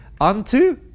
unto